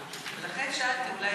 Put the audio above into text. לכן שאלתי אולי,